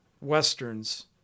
westerns